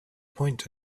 point